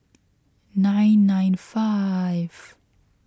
nine nine five